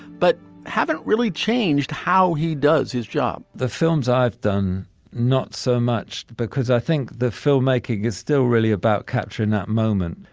but haven't really changed how he does his job the films i've done not so much because i think the filmmaking is still really about capturing that moment.